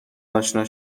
آشنا